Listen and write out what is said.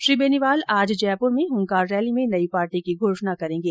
श्री बेनीवाल आज जयपूर में हुंकार रैली में नई पार्टी की घोषणा करेंगे